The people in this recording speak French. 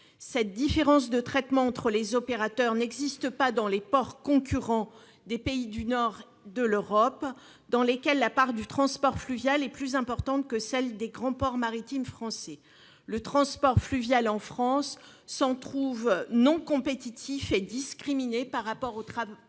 Cette différence de traitement entre les opérateurs n'existe pas dans les ports concurrents des pays du nord de l'Europe, dans lesquels la part du transport fluvial est plus importante que celle des grands ports maritimes français. Le transport fluvial en France s'en trouve non compétitif et discriminé par rapport au transport